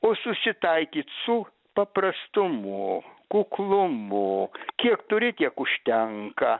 o susitaikyt su paprastumu kuklumu kiek turi tiek užtenka